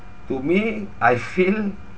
to me I feel